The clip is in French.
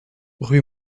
rue